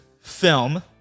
film